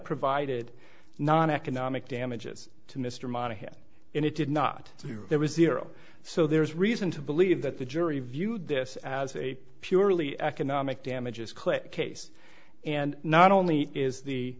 provided noneconomic damages to mr monaghan and it did not so there was zero so there is reason to believe that the jury viewed this as a purely economic damages click case and not only is the